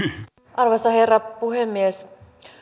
arvoisa herra puhemies